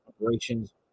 operations